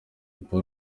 paul